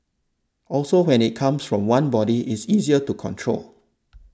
also when it comes from one body it's easier to control